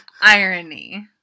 irony